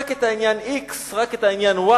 רק את העניין x, רק את העניין y,